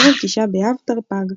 ערב תשעה באב תרפ"ג,